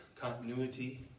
continuity